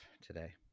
today